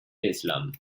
islam